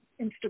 Instagram